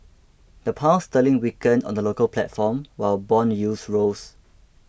the pound sterling weakened on the local platform while bond yields rose